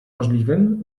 możliwym